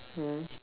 mm